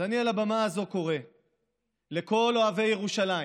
אז אני קורא מעל הבמה הזאת לכל אוהבי ירושלים